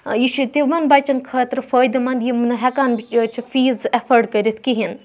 یہِ چھُ تِمَن بَچَن خٲطرٕ یِم نہٕ ہؠکان چھِ فیٖس اؠفٲڈ کٔرِتھ کہیٖنۍ